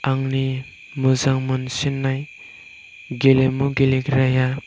आंनि मोजां मोनसिननाय गेलेमु गेलेग्राया